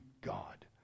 God